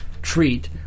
treat